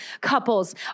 couples